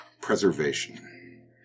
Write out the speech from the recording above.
preservation